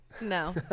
No